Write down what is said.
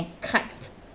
and cut